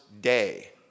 day